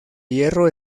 hierro